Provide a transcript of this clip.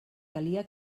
calia